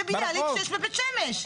בביאליק 6 בבית שמש.